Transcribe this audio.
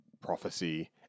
Prophecy